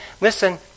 listen